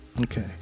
okay